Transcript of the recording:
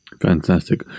Fantastic